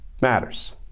matters